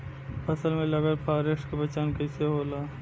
फसल में लगल फारेस्ट के पहचान कइसे होला?